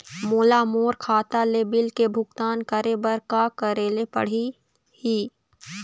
मोला मोर खाता ले बिल के भुगतान करे बर का करेले पड़ही ही?